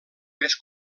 més